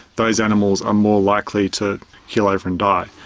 those animals are more likely to keel over and die.